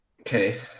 Okay